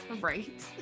right